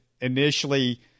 initially